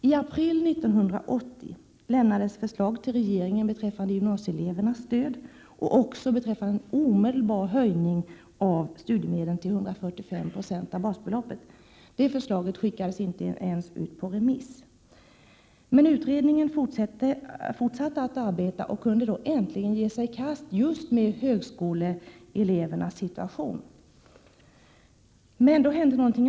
I april 1980 lämnades förslag till regeringen beträffande gymnasieelevernas stöd och även beträffande en omedelbar höjning av studiemedlen till 145 90 av basbeloppet. Det förslaget skickades inte ens ut på remiss. Utredningen fortsatte att arbeta och kunde äntligen ge sig i kast med just högskoleelevernas situation. Men då hände någonting.